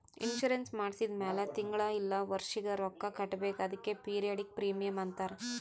insurance ಮಾಡ್ಸಿದ ಮ್ಯಾಲ್ ತಿಂಗಳಾ ಇಲ್ಲ ವರ್ಷಿಗ ರೊಕ್ಕಾ ಕಟ್ಬೇಕ್ ಅದ್ಕೆ ಪಿರಿಯಾಡಿಕ್ ಪ್ರೀಮಿಯಂ ಅಂತಾರ್